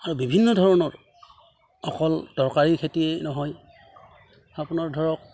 আৰু বিভিন্ন ধৰণৰ অকল তৰকাৰী খেতি নহয় আপোনাৰ ধৰক